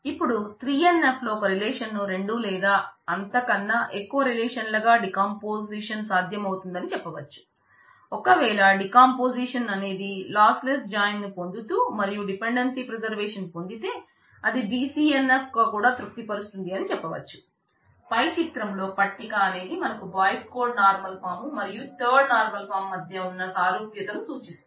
ఇపుడు 3NF లో ఒక రిలేషన్ను మధ్య ఉన్న సారూప్యతను సూచిస్తుంది